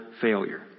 failure